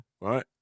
right